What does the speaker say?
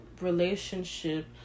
relationship